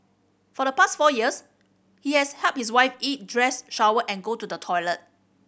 for the past four years he has helped his wife eat dress shower and go to the toilet